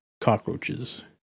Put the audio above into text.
cockroaches